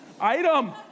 item